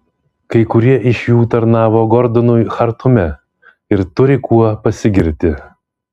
kai kurie iš jų tarnavo gordonui chartume ir turi kuo pasigirti